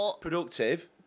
Productive